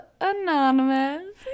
anonymous